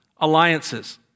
alliances